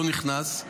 לא נכנס.